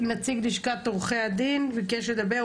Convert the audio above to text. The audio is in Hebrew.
נציג לשכת עורכי הדין ביקשה לדבר,